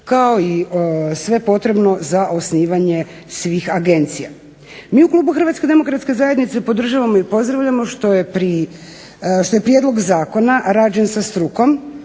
kao i sve potrebno za osnivanje svih agencija. Mi u klubu Hrvatske demokratske zajednice podržavamo i pozdravljamo što je prijedlog zakona rađen sa strukom,